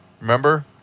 Remember